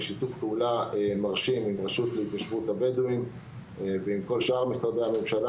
בשיתוף פעולה מרשים עם רשות ההתיישבות לבדואים ועם כל שאר משרדי הממשלה,